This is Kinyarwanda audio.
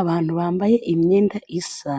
Abantu bambaye imyenda isa